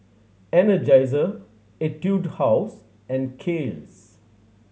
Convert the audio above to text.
Energizer Etude House and Kiehl's